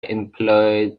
employed